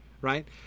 right